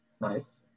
Nice